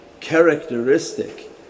characteristic